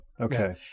okay